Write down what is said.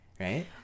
right